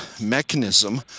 mechanism